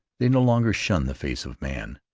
they no longer shun the face of man,